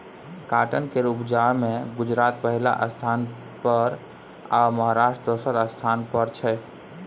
cotton केर उपजा मे गुजरात पहिल स्थान पर आ महाराष्ट्र दोसर स्थान पर छै